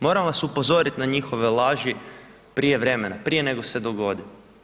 Moram vas upozoriti na njihove laži prije vremena, prije nego se dogodi.